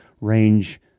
range